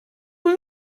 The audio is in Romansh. cun